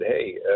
hey